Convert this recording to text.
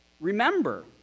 Remember